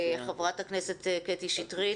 חברת הכנסת קטי שטרית,